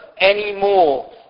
anymore